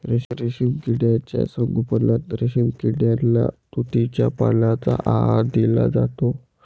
रेशीम किड्यांच्या संगोपनात रेशीम किड्यांना तुतीच्या पानांचा आहार दिला जातो